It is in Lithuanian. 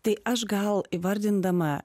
tai aš gal įvardindama